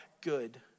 good